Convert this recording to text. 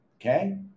Okay